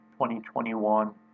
2021